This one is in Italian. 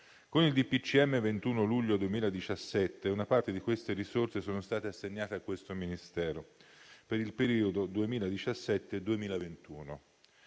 del 21 luglio 2017 una parte di queste risorse sono state assegnate a questo Ministero per il periodo 2017-2021